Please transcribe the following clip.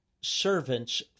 Servants